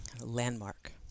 landmark